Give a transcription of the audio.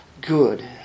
good